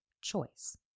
choice